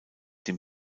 den